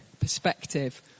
Perspective